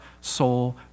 soul